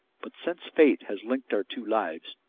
but since fate has linked our two lives,